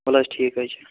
وَلہٕ حظ ٹھیٖک حظ چھُ